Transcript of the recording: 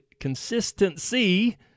consistency